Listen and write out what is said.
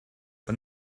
but